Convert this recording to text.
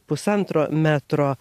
pusantro metro